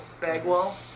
Bagwell